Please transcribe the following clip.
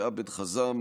ועבד חאזם,